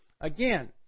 again